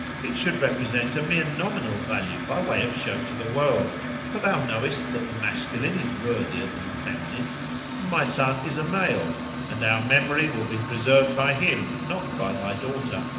it should represent a mere nominal value by way of show to the world for thou knowest that the masculine is worthier than the feminine, and my son is a male and our memory will be preserved by him, not by thy daughter.